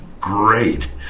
great